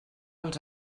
els